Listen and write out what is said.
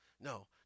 no